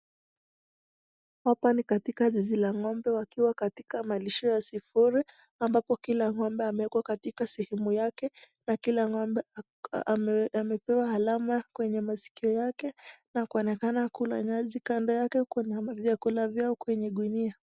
Hapa ni katika zizi la ng'ombe wanalishwa vizuri hapa kila ng'ombe limewekwa mahali pake kila ng'ombe amepewa alama kwenye maskio yake, wanaoneka wakikula nyasi kando yao kuna vyakula vyio kwenye gunia.